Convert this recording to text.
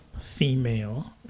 female